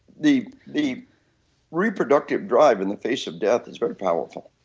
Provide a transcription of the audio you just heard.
the the reproductive drive in the face of death is very powerful.